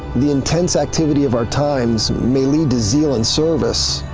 the intense activity of our times may lead to zeal in service,